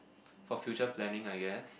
for future planning I guess